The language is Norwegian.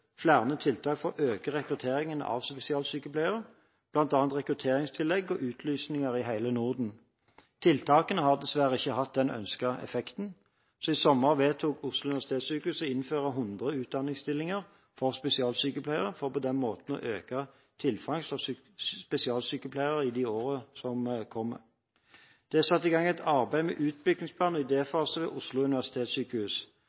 flere tiltak for å øke rekrutteringen av spesialsykepleiere, bl.a. rekrutteringstillegg og utlysninger i hele Norden. Tiltakene har dessverre ikke hatt den ønskede effekten. I sommer vedtok Oslo universitetssykehus å innføre 100 utdanningsstillinger for spesialsykepleiere for på den måten å øke tilfanget av spesialsykepleiere i årene som kommer. Det er satt i gang et arbeid med